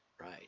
Right